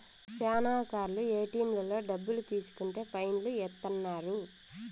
శ్యానా సార్లు ఏటిఎంలలో డబ్బులు తీసుకుంటే ఫైన్ లు ఏత్తన్నారు